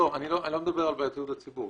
אני לא מדבר על בעייתיות לציבור,